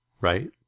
right